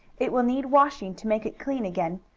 it will need washing to make it clean again.